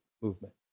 movement